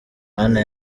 mana